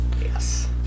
Yes